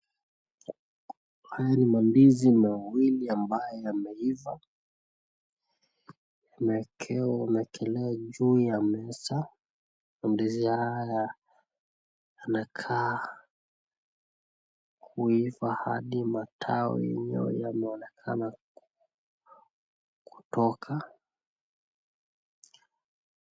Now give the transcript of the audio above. Haya ni maandizi mawili ambayo ameiva, yamewekelewa juu ya meza. Mandizi haya yanakaa kuiva hadi matawi hayo yameonekana kutoka.